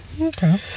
Okay